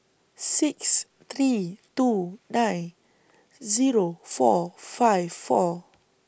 six three two nine Zero four five four